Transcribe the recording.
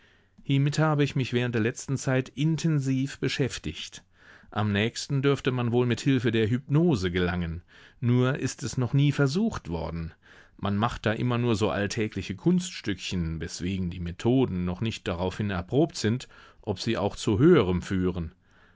hiemit habe ich mich während der letzten zeit intensiv beschäftigt am nächsten dürfte man wohl mit hilfe der hypnose gelangen nur ist es noch nie versucht worden man macht da immer nur so alltägliche kunststückchen weswegen die methoden noch nicht daraufhin erprobt sind ob sie auch zu höherem führen